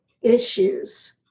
issues